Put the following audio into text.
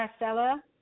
Marcella